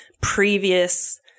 previous